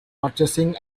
purchasing